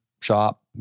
shop